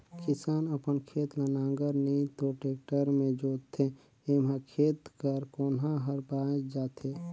किसान अपन खेत ल नांगर नी तो टेक्टर मे जोतथे एम्हा खेत कर कोनहा हर बाएच जाथे